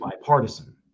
bipartisan